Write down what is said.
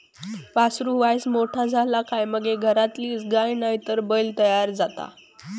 वासरू वायच मोठा झाला काय मगे घरातलीच गाय नायतर बैल तयार जाता